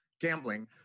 gambling